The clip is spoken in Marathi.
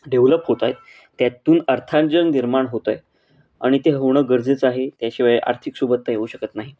डेव्हलप होत आहेत त्यातून अर्थाजन निर्माण होत आहे आणि ते होणं गरजेचं आहे त्याशिवाय आर्थिक सुबत्ता येऊ शकत नाही